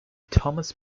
thomas